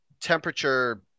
temperature